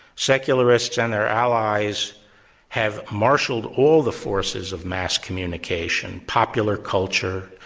secularists and their allies have marshaled all the forces of mass communication, popular culture,